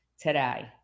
today